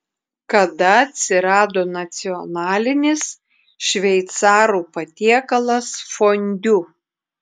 kada atsirado nacionalinis šveicarų patiekalas fondiu